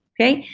okay?